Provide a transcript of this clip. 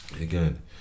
again